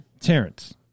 Terrence